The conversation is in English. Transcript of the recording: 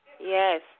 Yes